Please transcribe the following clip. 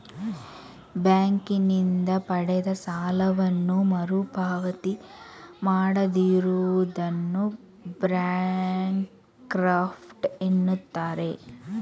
ಬ್ಯಾಂಕಿನಿಂದ ಪಡೆದ ಸಾಲವನ್ನು ಮರುಪಾವತಿ ಮಾಡದಿರುವುದನ್ನು ಬ್ಯಾಂಕ್ರಫ್ಟ ಎನ್ನುತ್ತಾರೆ